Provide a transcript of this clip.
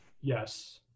Yes